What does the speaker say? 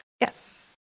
yes